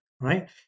right